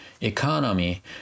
economy